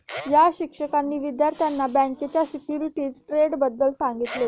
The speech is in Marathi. या शिक्षकांनी विद्यार्थ्यांना बँकेच्या सिक्युरिटीज ट्रेडबद्दल सांगितले